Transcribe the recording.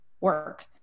work